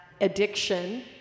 addiction